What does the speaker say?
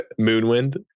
Moonwind